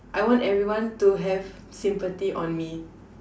I want everyone to have sympathy on me